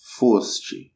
foste